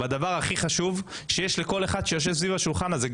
בדבר הכי חשוב שיש לכל אחד שיושב סביב השולחן הזה.